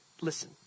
Listen